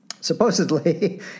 Supposedly